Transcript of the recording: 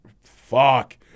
fuck